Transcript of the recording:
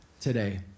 today